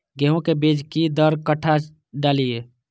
गेंहू के बीज कि दर कट्ठा डालिए?